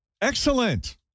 excellent